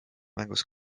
mängus